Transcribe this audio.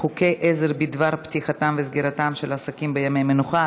חוקי עזר בדבר פתיחתם וסגירתם של עסקים בימי מנוחה),